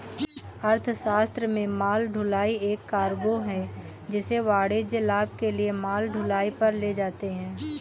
अर्थशास्त्र में माल ढुलाई एक कार्गो है जिसे वाणिज्यिक लाभ के लिए माल ढुलाई पर ले जाते है